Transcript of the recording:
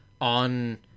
on